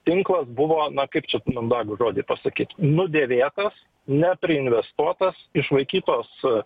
tinklas buvo na kaip čia mandagų žodį pasakyt nudėvėtas nepriinvestuotas išvaikytos